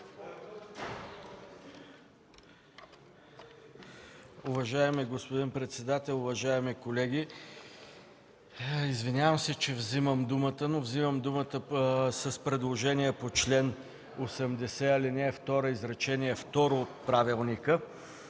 Уважаеми господин председател, уважаеми колеги! Извинявам се, че вземам думата, но вземам думата с предложение по чл. 80, ал. 2, изречение второ от Правилника.